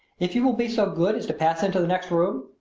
if you will be so good as to pass into the next room.